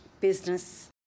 business